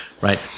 right